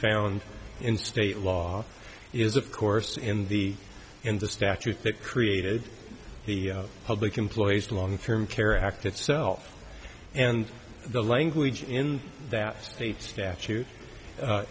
found in state law is of course in the in the statute that created the public employees long term care act itself and the language in that state statute